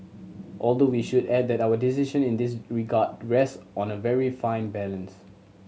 although we should add that our decision in this regard rest on a very fine balance